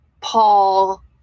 paul